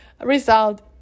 result